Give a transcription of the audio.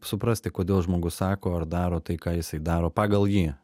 suprasti kodėl žmogus sako ar daro tai ką jisai daro pagal jį